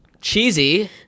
cheesy